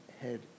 head